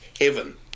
heaven